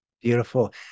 Beautiful